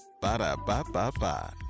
Ba-da-ba-ba-ba